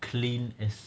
clean as